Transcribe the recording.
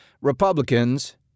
Republicans